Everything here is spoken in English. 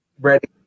ready